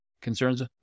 concerns